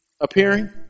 appearing